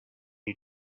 you